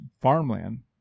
farmland